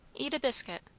eat a biscuit.